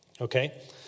okay